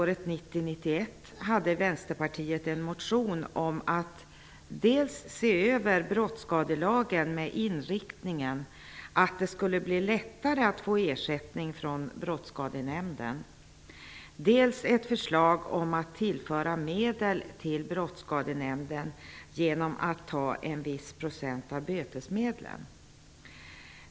Redan riksdagsåret 1990/91 hade Vänsterpartiet en motion dels om att man skulle se över brottsskadelagen med inriktningen att det skulle bli lättare att få ersättning från Brottsskadenämnden, dels med ett förslag om att man skulle tillföra medel till Brottsskadenämnden genom att ta i anspråk en viss procent av bötesmedlen.